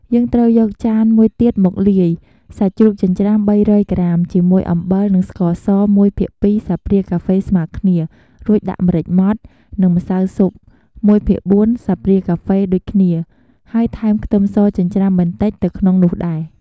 យើងត្រូវយកចានមួយទៀតមកលាយ សាច់ជ្រូកចិញ្ច្រាំ ៣០០ ក្រាម ជាមួយ អំបិល និងស្ករស ១ភាគ២ ស្លាបព្រាកាហ្វេស្មើគ្នា រួចដាក់ម្រេចម៉ដ្ឋ និងម្សៅស៊ុប ១ភាគ៤ ស្លាបព្រាកាហ្វេដូចគ្នាហើយថែមខ្ទឹមសចិញ្ច្រាំបន្តិចទៅក្នុងនោះដែរ។